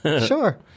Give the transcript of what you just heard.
sure